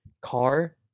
car